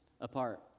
apart